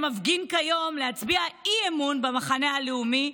שמפגין כיום כדי להצביע אי-אמון במחנה הלאומי,